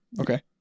Okay